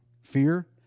fear